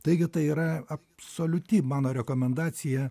taigi tai yra absoliuti mano rekomendacija